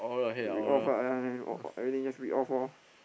read off ah o~ everything just read off loh